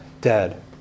dead